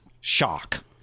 shock